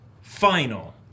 final